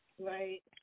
Right